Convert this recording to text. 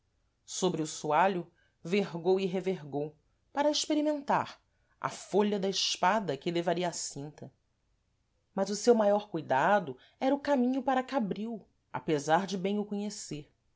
sôbre o soalho vergou e revergou para a experimentar a folha da espada que levaria à cinta mas o seu maior cuidado era o caminho para cabril a pesar de bem o conhecer